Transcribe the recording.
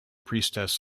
priestess